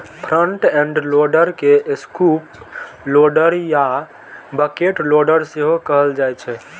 front end loader के scoop loader या bucket loader सेहो कहल जाइ छै